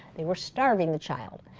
they were starving the child.